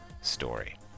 story